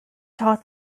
taught